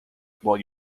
while